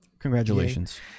Congratulations